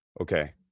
okay